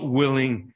willing